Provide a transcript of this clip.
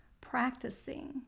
practicing